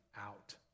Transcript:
out